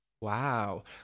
Wow